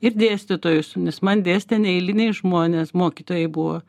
ir dėstytojus nes man dėstė neeiliniai žmonės mokytojai buvo